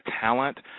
talent